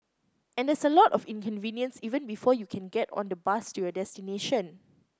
and there's a lot of inconvenience even before you can get on the bus to your destination